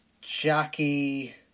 Jackie